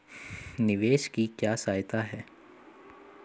निवेश की क्या विशेषता है?